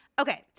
Okay